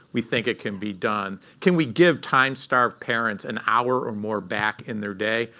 we think it can be done. can we give time-starved parents an hour or more back in their day?